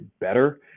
better